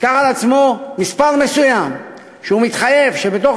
ייקח על עצמו מספר מסוים ויתחייב שבתוך